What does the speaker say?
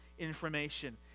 Information